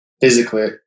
physically